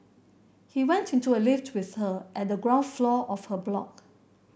he went into a lift with her at the ground floor of her block